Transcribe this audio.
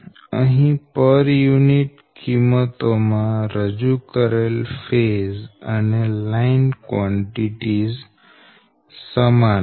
અહી પર યુનિટ કિંમતો માં રજૂ કરેલ ફેઝ અને લાઈન કવાંટીટીઝ સમાન હશે